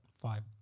Five